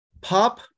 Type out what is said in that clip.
pop